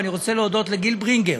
ואני רוצה להודות לגיל ברינגר,